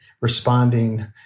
responding